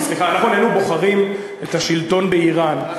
אנחנו איננו בוחרים את השלטון באיראן.